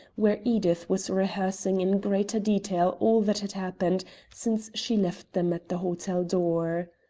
where edith was rehearsing in greater detail all that had happened since she left them at the hotel door.